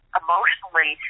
emotionally